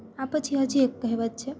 આ પછી હજી એક કહેવત છે